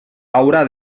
haurà